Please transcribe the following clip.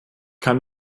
kann